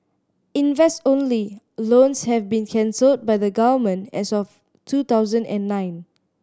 invest only loans have been cancelled by the Government as of two thousand and nine